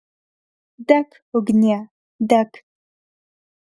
dek ugnie dek